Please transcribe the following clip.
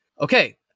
Okay